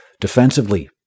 Defensively